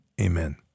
amen